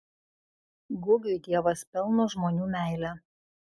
gugiui dievas pelno žmonių meilę